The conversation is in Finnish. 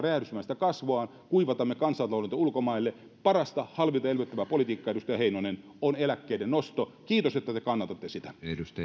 räjähdysmäistä kasvuaan kuivatamme kansantalouden ulkomaille parasta halvinta ja elvyttävää politiikkaa edustaja heinonen on eläkkeiden nosto kiitos että te kannatatte sitä